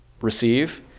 receive